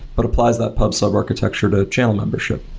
but applies that pub sub architecture to channel membership.